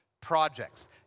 projects